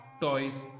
toys